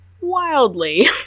wildly